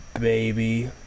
baby